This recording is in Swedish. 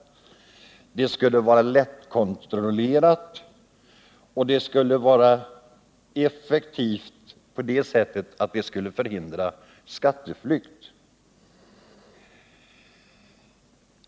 Det skulle också vara lättkontrollerat och vara effektivt på det sättet att man skulle förhindra skatteflykt.